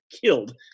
killed